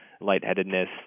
lightheadedness